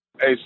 Hey